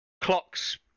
Clocks